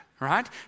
right